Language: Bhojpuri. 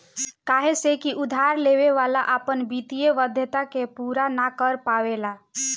काहे से की उधार लेवे वाला अपना वित्तीय वाध्यता के पूरा ना कर पावेला